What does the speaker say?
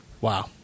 Wow